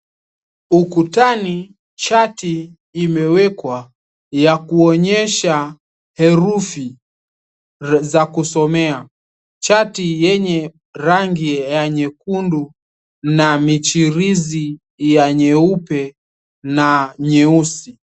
Ukutani chati imewekwa ya kuonyesha herufi za kusomea, chati yenye rangi ya nyekundu na michirizi ya nyeupe na nyeusi.